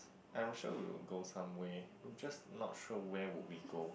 I'm sure we will go somewhere just not sure where will we go